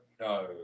no